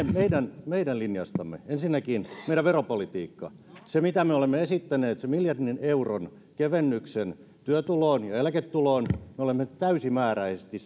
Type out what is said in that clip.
meidän meidän linjastamme ensinnäkin meidän veropolitiikkamme sen mitä me olemme esittäneet sen miljardin euron kevennyksen työtuloon ja eläketuloon me olemme täysimääräisesti